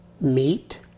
meat